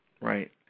Right